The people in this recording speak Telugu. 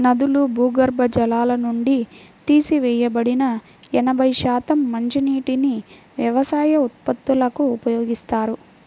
నదులు, భూగర్భ జలాల నుండి తీసివేయబడిన ఎనభై శాతం మంచినీటిని వ్యవసాయ ఉత్పత్తులకు ఉపయోగిస్తారు